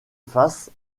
face